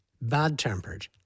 bad-tempered